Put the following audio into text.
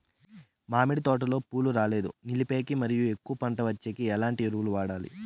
మామిడి తోటలో పూలు రాలేదు నిలిపేకి మరియు ఎక్కువగా పంట వచ్చేకి ఎట్లాంటి ఎరువులు వాడాలి?